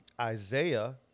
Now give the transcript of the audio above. Isaiah